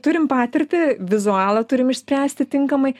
turim patirtį vizualą turim išspręsti tinkamai